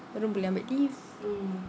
baru boleh ambil leave